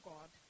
God